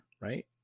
Right